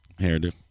Hairdo